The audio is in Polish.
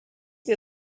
nie